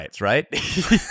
right